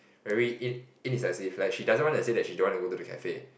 very in~ indecisive like she doesn't want to say that she don't want to go to the cafe